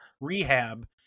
rehab